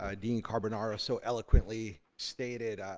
ah dean carbonaro so eloquently stated,